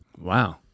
Wow